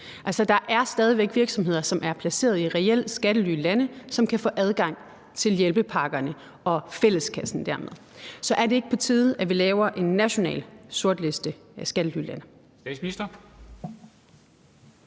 der er stadig væk virksomheder, som er placeret i reelle skattelylande, som kan få adgang til hjælpepakkerne og dermed fælleskassen. Så er det ikke på tide, at vi laver en national sortliste over skattelylande?